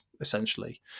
essentially